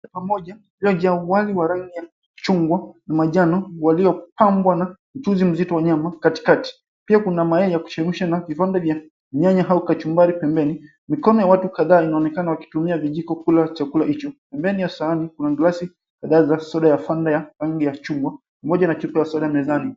...pamoja. Vyo vya rangi ya chungwa na majani waliopambwa na tuzi mzito wa nyama katikati. Pia kuna mayai ya kuchemsha na kivande vya nyanya au kachumbari pembeni. Mikono ya watu kadhaa inaonekana wakitumia vijiko kula chakula hicho. Pembeni ya sahani kuna glasi kadhaa za soda ya fanta ya rangi ya chungwa pamoja na chupa ya soda mezani.